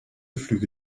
flüge